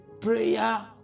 prayer